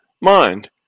mind